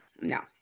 no